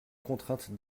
contrainte